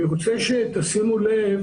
אני רוצה שתשימו לב